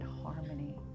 harmony